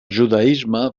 judaisme